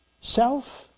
self